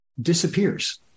disappears